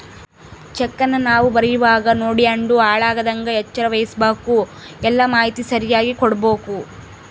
ಚೆಕ್ಕನ್ನ ನಾವು ಬರೀವಾಗ ನೋಡ್ಯಂಡು ಹಾಳಾಗದಂಗ ಎಚ್ಚರ ವಹಿಸ್ಭಕು, ಎಲ್ಲಾ ಮಾಹಿತಿ ಸರಿಯಾಗಿ ಕೊಡ್ಬಕು